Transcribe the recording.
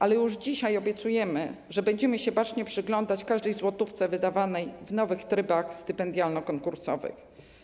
Ale już dzisiaj obiecujemy, że będziemy się bacznie przyglądać każdej złotówce wydawanej w nowych trybach stypendialno-konkursowych.